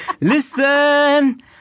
Listen